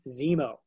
Zemo